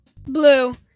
Blue